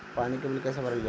पानी के बिल कैसे भरल जाइ?